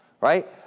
Right